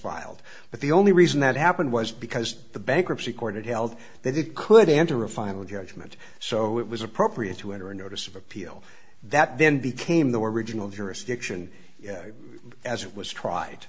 filed but the only reason that happened was because the bankruptcy court had held that it could enter a final judgment so it was appropriate to enter a notice of appeal that then became the original jurisdiction as it was tried